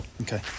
Okay